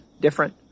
different